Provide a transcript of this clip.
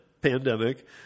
pandemic